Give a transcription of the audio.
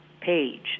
page